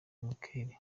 michela